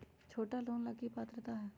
छोटा लोन ला की पात्रता है?